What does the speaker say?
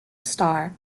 star